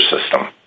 system